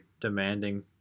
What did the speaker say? demanding